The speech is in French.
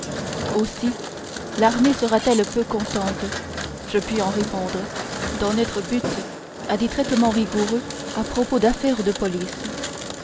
aussi l'armée sera-t-elle peu contente je puis en répondre d'être en butte à des traitements rigoureux à propos d'affaires de police